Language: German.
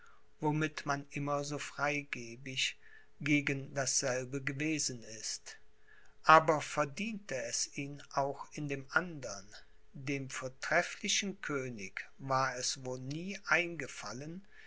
womit man immer so freigebig gegen dasselbe gewesen ist aber verdiente es ihn auch in dem andern dem vortrefflichen könig war es wohl nie eingefallen